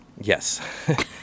Yes